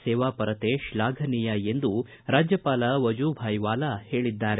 ಸೇವಾಪರತೆ ಶ್ಲಾಘನೀಯ ಎಂದು ರಾಜ್ಯಪಾಲ ವಜೂಭಾಯಿ ವಾಲಾ ಹೇಳಿದ್ದಾರೆ